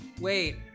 wait